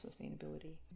sustainability